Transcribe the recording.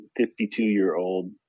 52-year-old